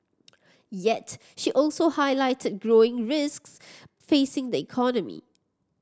yet she also highlighted growing risks facing the economy